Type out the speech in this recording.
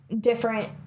different